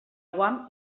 guam